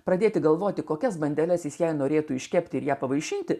pradėti galvoti kokias bandeles jis jai norėtų iškepti ir ją pavaišinti